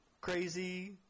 crazy